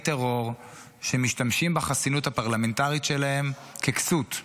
טרור שמשתמשים בחסינות הפרלמנטרית שלהם ככסות,